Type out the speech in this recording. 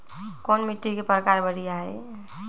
कोन मिट्टी के प्रकार बढ़िया हई?